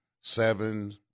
seven